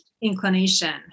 inclination